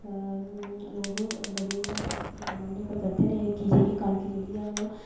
लोग बड़े गै बड्डे पैमाने पर करदे न की जे कनक जेह्ड़ी ऐ ओह्